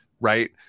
right